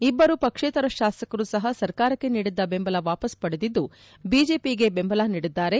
ಇಬ್ಲರು ಪಕ್ಷೇತರ ಶಾಸಕರು ಸಹ ಸರ್ಕಾರಕ್ಷೆ ನೀಡಿದ್ದ ದೆಂಬಲ ವಾಪಸ್ ಪಡೆದಿದ್ದು ಬಿಜೆಪಿಗೆ ಬೆಂಬಲ ನೀಡಿದ್ದಾರೆ